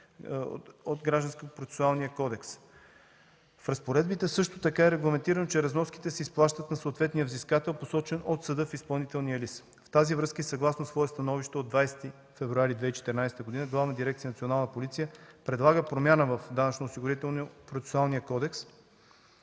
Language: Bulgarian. от Гражданско-процесуалния кодекс. В разпоредбите също така е регламентирано, че разноските се изплащат на съответния взискател, посочен от съда в изпълнителния лист. В тази връзка и съгласно свое становище от 20 февруари 2014 г. Главна дирекция „Национална полиция”